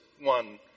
one